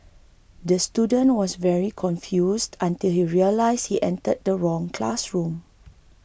the student was very confused until he realised he entered the wrong classroom